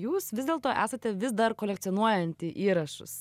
jūs vis dėlto esate vis dar kolekcionuojanti įrašus